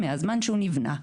מהזמן שהוא נבנה,